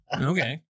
Okay